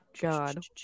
god